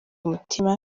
umutima